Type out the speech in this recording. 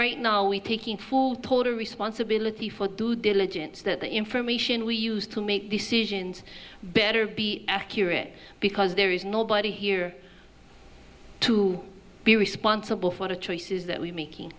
right now we taking full total responsibility for due diligence that the information we use to make decisions better be accurate because there is nobody here to be responsible for the choices that we are making